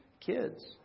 kids